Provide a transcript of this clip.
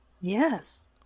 Yes